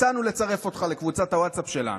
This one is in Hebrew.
הצענו לצרף אותך לקבוצת הווטסאפ שלנו,